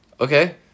Okay